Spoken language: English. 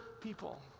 people